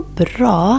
bra